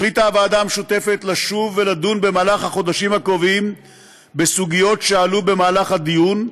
החליטה הוועדה המשותפת לשוב ולדון בחודשים הקרובים בסוגיות שעלו בדיון,